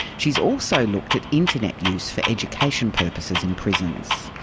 she's also looked at internet use for education purposes in prisons.